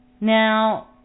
now